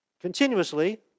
continuously